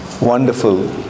wonderful